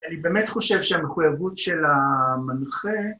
‫אני באמת חושב שהמחויבות של המנחה...